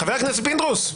חבר הכנסת פינדרוס.